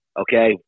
okay